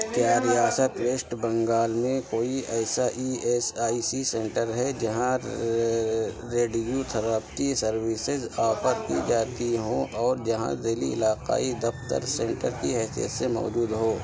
کیا ریاست ویسٹ بنگال میں کوئی ایسا E S I C centre ہے جہاں ریڈیو تھراپی سروسز آفر کی جاتی ہوں اور جہاں ذیلی علاقائی دفتر سینٹر کی حیثیت سے موجود ہو